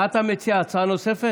מה אתה מציע, הצעה נוספת?